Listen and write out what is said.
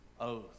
oath